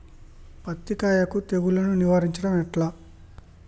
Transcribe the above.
పత్తి కాయకు తెగుళ్లను నివారించడం ఎట్లా?